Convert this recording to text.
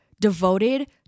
devoted